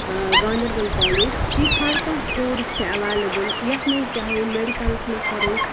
Ganderbal college ییٚتہِ ہر کانٛہہ کورس چھ ایٚولیبٕل یَتھ منٛز چاہے میڈِکلس منٛز کرو